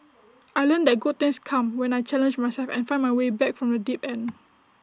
I learnt that good things come when I challenge myself and find my way back from the deep end